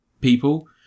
people